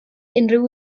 unrhyw